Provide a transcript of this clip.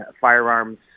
firearms